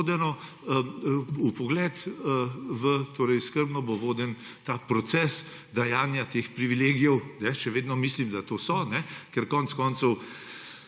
vpogled, skrbno bo voden proces dajanja teh privilegijev. Še vedno mislim, da to so, ker konec koncev,